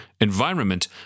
environment